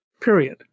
period